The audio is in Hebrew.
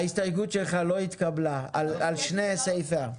ההסתייגות שלך לא התקבלה על שני סעיפיה.